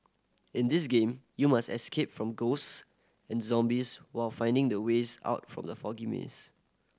in this game you must escape from ghosts and zombies while finding the ways out from the foggy maze